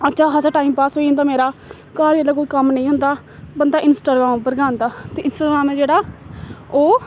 अच्छा खासा time pass होई जंदा मेरा घर जेल्लै कोई कम्म नेईं होंदा बंदा इंस्टाग्राम उप्पर गै आंदा ते इंस्टाग्राम ऐ जेह्ड़ा ओह्